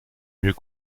mieux